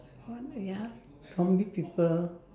what they ah zombie people